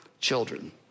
children